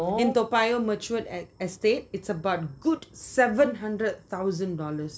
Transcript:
in toa payoh mature es~ estate it's about a good seven hundred thousand dollars